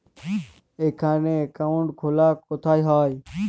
এখানে অ্যাকাউন্ট খোলা কোথায় হয়?